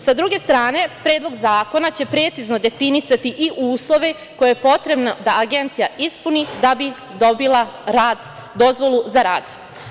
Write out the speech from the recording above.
S druge strane, Predlog zakona će precizno definisati i uslove koje je potrebno da agencija ispuni da bi dobila dozvolu za rad.